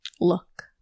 look